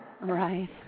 Right